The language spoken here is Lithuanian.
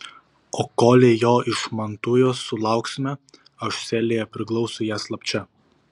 o kolei jo iš mantujos sulauksime aš celėje priglausiu ją slapčia